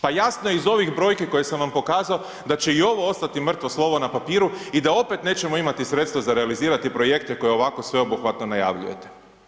Pa jasno je iz ovih brojki koje sam vam pokazao da će i ovo ostati mrtvo slovo na papiru i da opet nećemo imati sredstva za realizirati projekte koje ovako sveobuhvatno najavljujete.